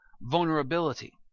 vulnerability